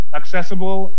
accessible